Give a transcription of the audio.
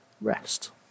rest